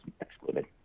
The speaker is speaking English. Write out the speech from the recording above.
excluded